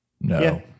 No